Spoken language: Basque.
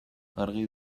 argi